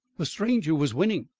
the stranger was winning.